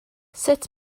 sut